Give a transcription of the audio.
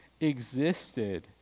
existed